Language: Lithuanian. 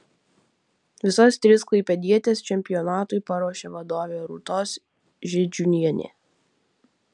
visas tris klaipėdietės čempionatui paruošė vadovė rūtos židžiūnienė